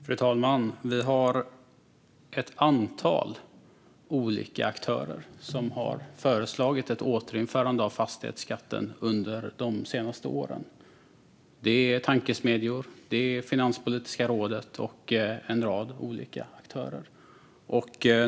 Fru talman! Det är ett antal olika aktörer som har föreslagit ett återinförande av fastighetsskatten under de senaste åren, till exempel tankesmedjor och Finanspolitiska rådet.